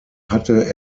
hatte